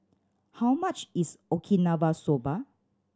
how much is Okinawa Soba